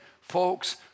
folks